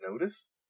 notice